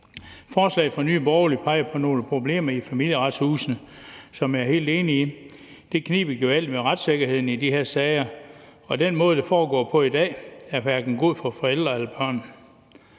Forslaget fra Nye Borgerlige peger på nogle problemer i Familieretshuset, som jeg er helt enig i. Det kniber gevaldigt med retssikkerheden i de her sager, og den måde, det foregår på i dag, er hverken god for forældre eller børn.